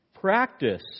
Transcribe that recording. practice